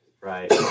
Right